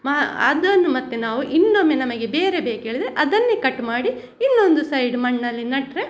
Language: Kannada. ಮ ಅದನ್ನು ಮತ್ತೆ ನಾವು ಇನ್ನೊಮ್ಮೆ ನಮಗೆ ಬೇರೆ ಬೇಕೇಳಿದರೆ ಅದನ್ನೆ ಕಟ್ ಮಾಡಿ ಇನ್ನೊಂದು ಸೈಡ್ ಮಣ್ಣಲ್ಲಿ ನೆಟ್ರೆ